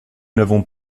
n’avons